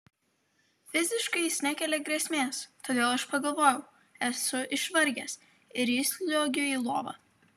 fiziškai jis nekelia grėsmės todėl aš pagalvoju esu išvargęs ir įsliuogiu į lovą